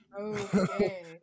okay